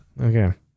Okay